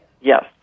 Yes